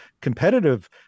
competitive